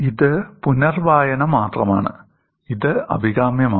ഇത് പുനർവായന മാത്രമാണ് ഇത് അഭികാമ്യമാണ്